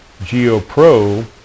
GeoPro